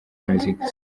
mexique